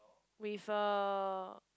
with a